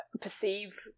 perceive